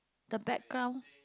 the background